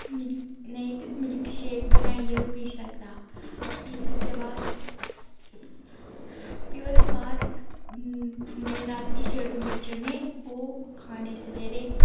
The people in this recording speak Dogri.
मिल्क नेईं ते मिल्क शेक बनाइयै बी पी सकदा फिर उसके बाद फ्ही ओह्दे बाद नी रातीं सेड़ी उड़ने चने ओह् खाने सवेरे